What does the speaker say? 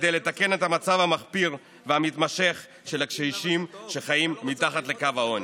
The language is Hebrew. כדי לתקן את המצב המחפיר והמתמשך של הקשישים שחיים מתחת לקו העוני.